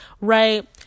right